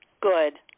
Good